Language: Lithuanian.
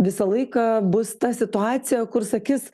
visą laiką bus ta situacija kur sakys